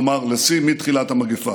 כלומר לשיא מתחילת המגפה.